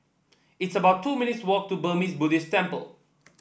it's about two minutes' walk to Burmese Buddhist Temple